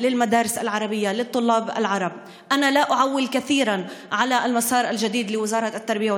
התוצאות שפורסמו מצביעות על פערים לימודיים גדולים,